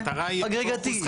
המטרה היא חפיפה.